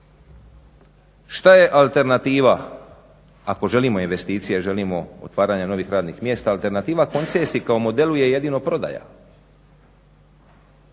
Šta je alternativa? Ako želimo investicije, želimo otvaranja novih radnih mjesta alternativa koncesije kao modelu je jedino prodaja.